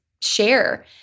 share